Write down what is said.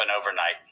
overnight